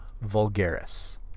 vulgaris